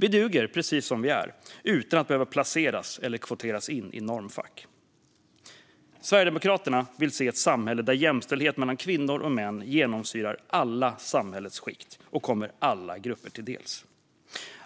Vi duger precis som vi är, utan att behöva placeras eller kvoteras in i normfack. Sverigedemokraterna vill se ett samhälle där jämställdhet mellan kvinnor och män genomsyrar alla samhällets skikt och kommer alla grupper till del.